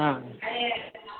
ஆ